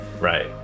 Right